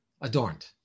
adorned